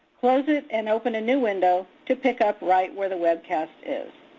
close it and open a new window to pick up right where the webcast is.